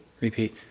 Repeat